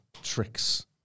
tricks